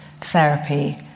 therapy